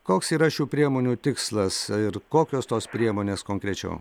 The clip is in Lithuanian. koks yra šių priemonių tikslas ir kokios tos priemonės konkrečiau